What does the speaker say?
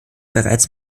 bereits